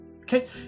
okay